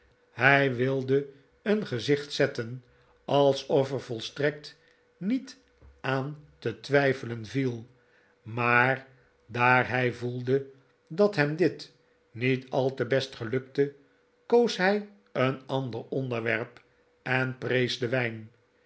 hij wilde een gezicht zetten alsof er volstrekt niet aan te twijfelen viel maar daar hij voelde dat hem dit niet al te best gelukte koos hij een ander onderwerp en prees den wijn